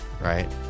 Right